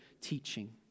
teaching